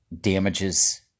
damages